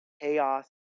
chaos